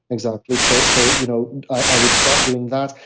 exactly. so so you know i would start doing that.